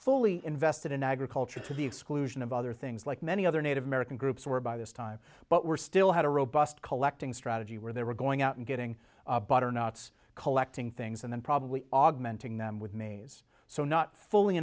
fully invested in agriculture to the exclusion of other things like many other native american groups were by this time but were still had a robust collecting strategy where they were going out and getting butternuts collecting things and then probably augmenting them with maze so not fully